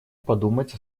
подумать